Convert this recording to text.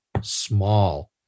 small